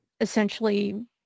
essentially